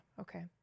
Okay